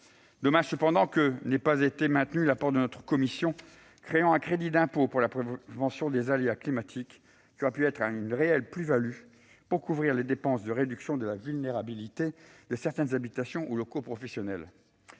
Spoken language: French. dommage que n'ait pas été maintenu l'apport de notre commission créant un crédit d'impôt pour la prévention des aléas climatiques ; cela aurait pu être une réelle plus-value pour couvrir les dépenses de réduction de la vulnérabilité d'habitations ou de locaux professionnels.